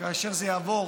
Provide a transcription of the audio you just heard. וזה יעבור